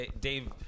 Dave